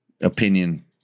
opinion